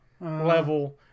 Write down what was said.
level